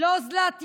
לא אוזלת יד,